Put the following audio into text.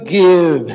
give